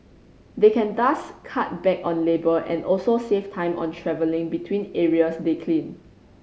they can thus cut back on labour and also save time on travelling between areas they clean